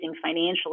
financial